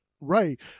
right